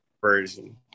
version